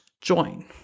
join